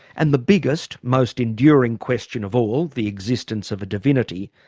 and the biggest, most enduring question of all, the existence of a divinity,